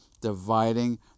dividing